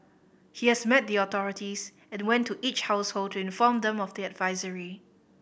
he has met the authorities and went to each household to inform them of the advisory